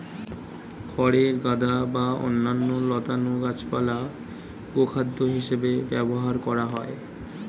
খড়ের গাদা বা অন্যান্য লতানো গাছপালা গোখাদ্য হিসেবে ব্যবহার করা হয়